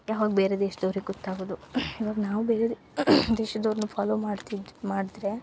ಯಾವಾಗ ಬೇರೆ ದೇಶ್ದೋರಿಗೆ ಗೊತ್ತಾಗೋದು ಇವಾಗ ನಾವು ಬೇರೆ ದೇಶದವ್ರನ್ನ ಫಾಲೋ ಮಾಡ್ತಿದ್ದು ಮಾಡ್ದ್ರೆ